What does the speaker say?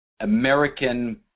American